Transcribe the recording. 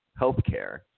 healthcare